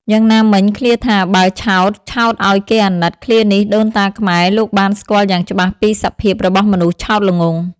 យ៉ាងណាមិញ ឃ្លាថា បើឆោត ឆោតឲ្យគេអាណិត ឃ្លានេះ ដូនតាខ្មែរ លោកបានស្គាល់យ៉ាងច្បាស់ពីសភាពរបស់មនុស្សឆោតល្ងង់។